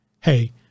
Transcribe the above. Hey